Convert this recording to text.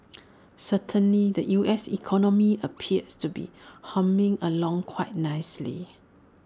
certainly the U S economy appears to be humming along quite nicely